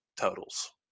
totals